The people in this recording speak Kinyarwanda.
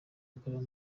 yakorewe